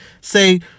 say